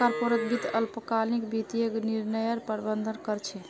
corporate वित्त अल्पकालिक वित्तीय निर्णयर प्रबंधन कर छे